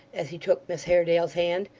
as he took miss haredale's hand,